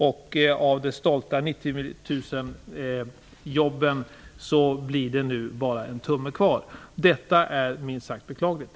Av de stolta planerna på 90 000 jobb blir det alltså bara en tumme kvar. Detta är minst sagt beklagligt.